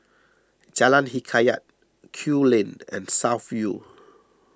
Jalan Hikayat Kew Lane and South View